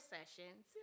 Sessions